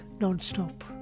non-stop